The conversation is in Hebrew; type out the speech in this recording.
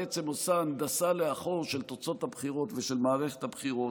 בעצם עושה הנדסה לאחור של תוצאות הבחירות ושל מערכת הבחירות.